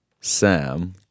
Sam